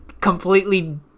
completely